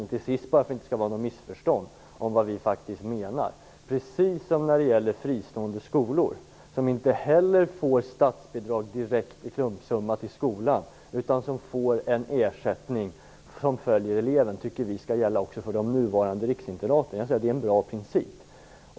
Till sist vill jag, bara för att det inte skall vara något missförstånd om vad vi faktiskt menar, säga detta: Precis det som gäller för fristående skolor, som inte heller får statsbidrag i klumpsumma direkt till skolan utan en ersättning som följer eleven, tycker vi skall gälla också för de nuvarande riksinternaten. Det är en bra princip.